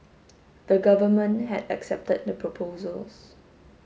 the government had accepted the proposals